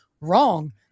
wrong